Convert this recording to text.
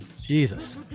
Jesus